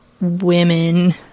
women